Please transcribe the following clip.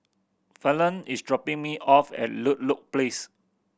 Fallon is dropping me off at Ludlow Place